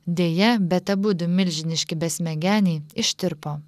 deja bet abudu milžiniški besmegeniai ištirpo